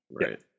Right